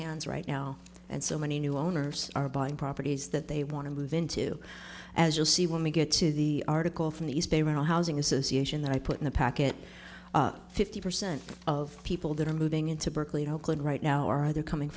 hands right now and so many new owners are buying properties that they want to move into as you'll see when we get to the article from the east bay rental housing association that i put in the packet fifty percent of people that are moving into berkeley in oakland right now are either coming